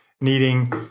needing